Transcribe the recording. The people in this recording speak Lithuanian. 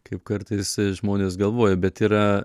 kaip kartais žmonės galvoja bet yra